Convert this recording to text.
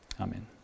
Amen